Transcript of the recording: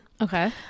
okay